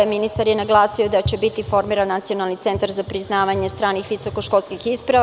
Ministar je naglasio da će biti formiran nacionalni centar za priznavanje stranih visokoškolskih isprava.